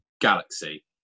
galaxy